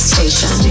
Station